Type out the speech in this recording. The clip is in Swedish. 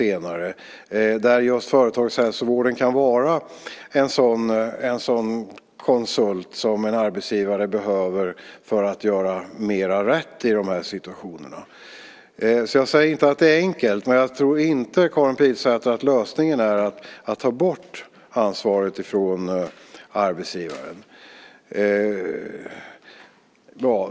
Just företagshälsovården kan där vara en sådan konsult som en arbetsgivare behöver för att göra mera rätt i de här situationerna. Jag säger inte att det är enkelt, men jag tror inte att lösningen, Karin Pilsäter, är att ta bort ansvaret från arbetsgivaren.